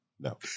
No